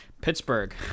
pittsburgh